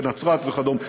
בנצרת וכדומה,